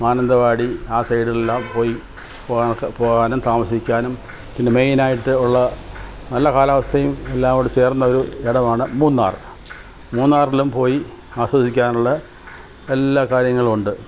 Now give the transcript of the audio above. മാനന്തവാടി ആ സൈഡിൽ എല്ലാം പോയി പോകാനും താമസിക്കാനും പിന്നെ മെയിനായിട്ടുള്ള നല്ല കാലാവസ്ഥയും എല്ലാം കൂടി ചേർന്ന ഒരു ഇടമാണ് മൂന്നാർ മൂന്നാറിലും പോയി ആസ്വദിക്കാനുള്ള എല്ലാ കാര്യങ്ങളുമുണ്ട്